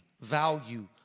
value